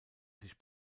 sich